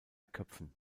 köpfen